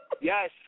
Yes